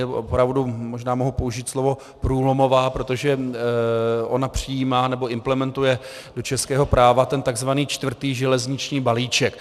Je opravdu, možná mohu použít slovo, průlomová, protože ona přijímá, nebo implementuje do českého práva tzv. čtvrtý železniční balíček.